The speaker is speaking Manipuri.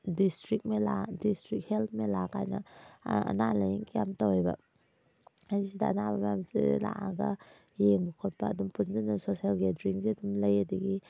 district mela district health mela ꯀꯥꯏꯅ ꯑꯅꯥ ꯂꯥꯏꯌꯦꯡꯒꯤ ꯌꯥꯝꯅ ꯇꯧꯏꯕ ꯍꯥꯏꯗꯤ ꯁꯤꯗ ꯑꯅꯥꯕ ꯃꯌꯥꯝ ꯁꯤꯗ ꯂꯥꯛꯑꯒ ꯌꯦꯡꯕ ꯈꯣꯠꯄ ꯑꯗꯨꯝ ꯁꯣꯁꯦꯜ ꯒꯦꯗꯔꯤꯡꯁꯦ ꯑꯗꯨꯝ ꯂꯩ ꯑꯗꯨꯗꯒꯤ